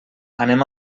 anem